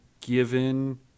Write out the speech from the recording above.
given